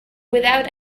without